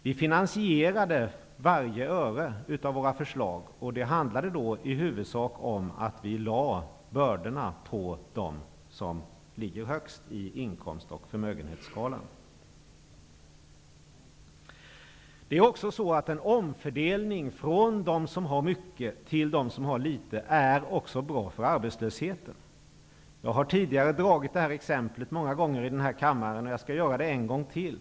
Vi hade finansierat varje öre i våra förslag, och det handlade då i huvudsak om att vi lade bördorna på dem som ligger högst på inkomst och förmögenhetsskalan. Det är också så att en omfördelning från dem som har mycket till dem som har litet är bra när det gäller arbetslösheten. Jag har många gånger redogjort för följande exempel i denna kammare, och jag skall göra det en gång till.